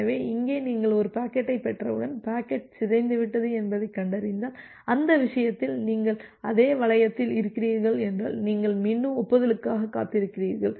எனவே இங்கே நீங்கள் ஒரு பாக்கெட்டைப் பெற்றவுடன் பாக்கெட் சிதைந்துவிட்டது என்பதைக் கண்டறிந்தால் அந்த விஷயத்தில் நீங்கள் அதே வளையத்தில் இருக்கிறீர்கள் என்றால் நீங்கள் மீண்டும் ஒப்புதலுக்காக காத்திருக்கிறீர்கள்